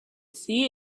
see